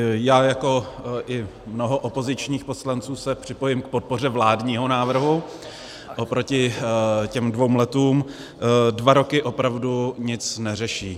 Já jako i mnoho opozičních poslanců se připojím k podpoře vládního návrhu oproti těm dvěma rokům, dva roky opravdu nic neřeší.